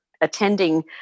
attending